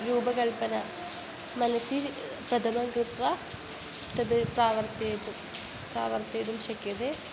रूपस्य कल्पना मनसि कथनं कृत्वा तद् प्रावर्तयितुं प्रावर्तयितुं शक्यते